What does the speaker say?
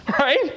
right